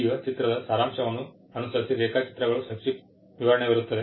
ಈಗ ಚಿತ್ರದ ಸಾರಾಂಶವನ್ನು ಅನುಸರಿಸಿ ರೇಖಾಚಿತ್ರಗಳ ಸಂಕ್ಷಿಪ್ತ ವಿವರಣೆವಿರುತ್ತದೆ